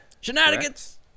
Shenanigans